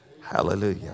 Hallelujah